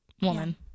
woman